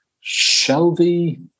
Shelby